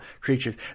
creatures